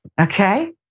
okay